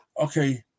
okay